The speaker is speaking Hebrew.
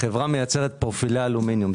החברה מייצרת פרופילי אלומיניום.